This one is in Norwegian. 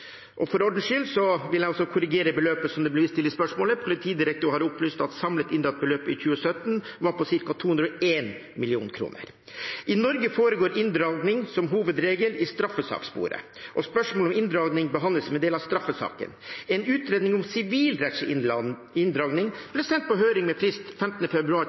For ordens skyld vil jeg også korrigere beløpet som det ble vist til i spørsmålet. Politidirektoratet har opplyst at samlet inndratt beløp i 2017 var på ca. 201 mill. kr. I Norge foregår inndragning som hovedregel i straffesakssporet, og spørsmålet om inndragning behandles som en del av straffesaken. En utredning om sivilrettslig inndragning ble sendt på høring med frist 15. februar